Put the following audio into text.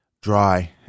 dry